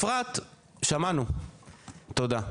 בסדר טוב, בבקשה, שמענו, אפרת שמענו, תודה.